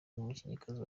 n’umukinnyikazi